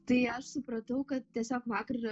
tai aš supratau kad tiesiog vakar